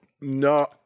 No